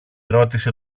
ρώτησε